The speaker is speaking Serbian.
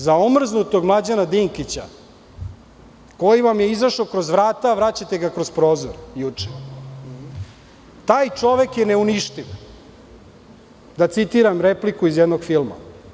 Za omrznutog Mlađana Dinkića, koji vam je izašao kroz vrata, a vraćate ga kroz prozor juče, taj čovek je neuništiv, da citiram repliku iz jednog filma.